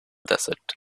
desert